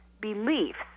Beliefs